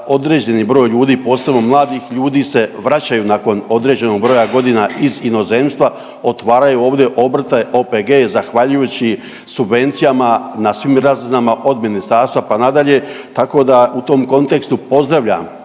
određeni broj ljudi, posebno mladih ljudi se vraćaju nakon određenog broja godina iz inozemstva, otvaraju ovdje obrte, OPG-e zahvaljujući subvencijama na svim razinama, od ministarstva pa nadalje, tako da u tom kontekstu pozdravljam